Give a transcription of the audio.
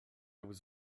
was